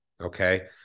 okay